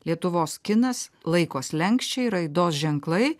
lietuvos kinas laiko slenksčiai raidos ženklai